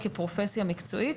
כפרופסיה מקצועית.